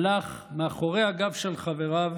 הלך מאחורי הגב של חבריו